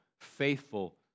faithful